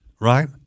right